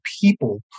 people